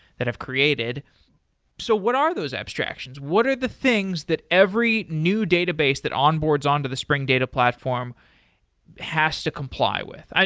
that i've created so what are those abstractions? what are the things that every new database that onboards on to the spring data platform has to comply with?